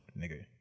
nigga